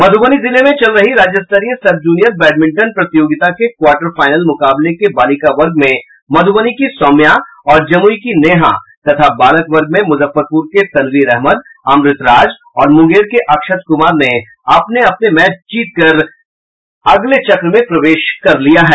मध्रबनी जिले में चल रही राज्य स्तरीय सब जूनियर बैडमिंटन प्रतियोगिता के क्वार्टर फाइनल मुकाबले के बालिका वर्ग में मधुबनी की सौम्या और जमुई की नेहा तथा बालक वर्ग में मुजफ्फरपुर के तनवीर अहमद अमृत राज और मुंगेर के अक्षत कुमार ने अपने अपने मैच जीतकर अगले चक्र में प्रवेश किया है